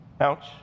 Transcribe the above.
Ouch